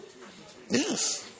Yes